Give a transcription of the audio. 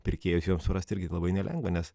pirkėją surasti irgi labai nelengva nes